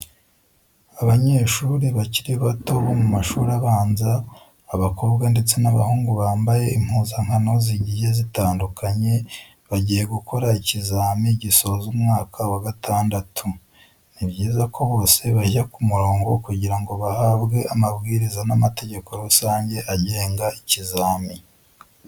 Abanyeshuri bakiri bato bo mu mashuri abanza, abakobwa ndetse n'abahungu bambaye impuzankano zigiye zitandukanye, bagiye gukora ikizami gisoza umwaka wa gatandatu. Ni byiza ko bose bajya ku murongo kugira ngo bahabwe amabwiriza n'amategeko rusange agenga ikizami.